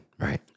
right